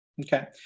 Okay